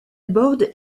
borde